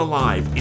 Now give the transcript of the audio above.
Alive